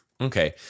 okay